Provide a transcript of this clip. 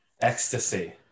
Ecstasy